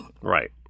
Right